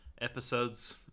episodes